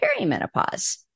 perimenopause